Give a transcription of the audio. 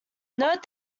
note